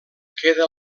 queda